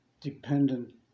dependent